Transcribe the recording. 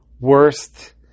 worst